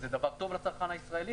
וזה דבר טוב לצרכן הישראלי,